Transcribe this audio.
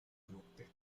gruppi